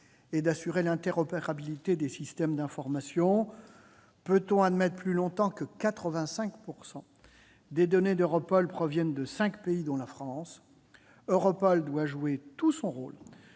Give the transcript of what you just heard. et d'assurer l'interopérabilité des systèmes d'information. Peut-on admettre plus longtemps que 85 % des données d'Europol proviennent de cinq pays, dont la France ? Europol doit jouer tout son rôle